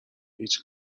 هیچ